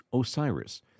Osiris